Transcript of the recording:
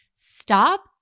stop